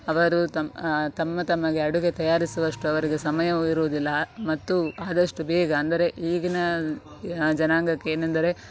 ಅವರು ತಮ್ಮ ತಮ್ಮ ತಮಗೆ ಅಡುಗೆ ತಯಾರಿಸುವಷ್ಟು ಅವರಿಗೆ ಸಮಯವು ಇರುವುದಿಲ್ಲ ಮತ್ತು ಆದಷ್ಟು ಬೇಗ ಅಂದರೆ ಈಗಿನ ಜನಾಂಗಕ್ಕೆ ಏನೆಂದರೆ